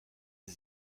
sie